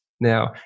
Now